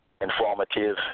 informative